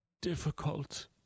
difficult